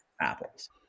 apples